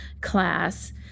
class